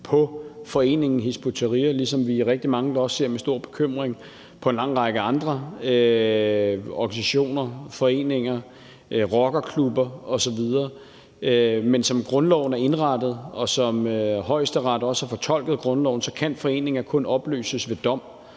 på foreningen Hizb ut-Tahrir, ligesom vi er rigtig mange, der også ser med stor bekymring på en lang række andre organisationer, foreninger, rockerklubber osv. Men som grundloven er indrettet, og som Højesteret også har fortolket grundloven, kan foreninger kun opløses ved dom,